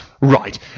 Right